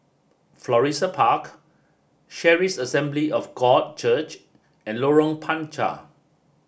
Florissa Park Charis Assembly of God Church and Lorong Panchar